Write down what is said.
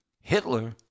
Hitler